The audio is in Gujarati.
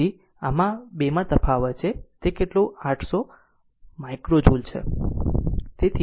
તેથી આમાં 2 તફાવત છે તે કેટલું 800 માઇક્રો જુલ છે